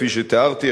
כפי שתיארתי,